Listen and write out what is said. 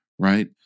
right